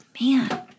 man